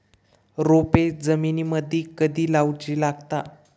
रोपे जमिनीमदि कधी लाऊची लागता?